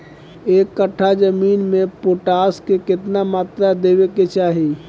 एक कट्ठा जमीन में पोटास के केतना मात्रा देवे के चाही?